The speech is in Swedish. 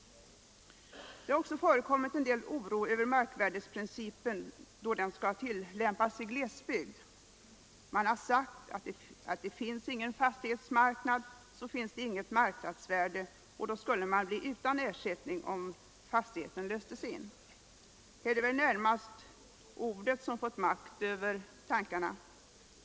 Det har också förekommit en del oro över marknadsvärdeprincipen då den skall tillämpas i glesbygd. Man har sagt att finns det ingen fastighetsmarknad finns det heller inget marknadsvärde, och då skulle det inte bli någon ersättning om fastigheten löstes in. Här har väl ordet fått makt över tanken.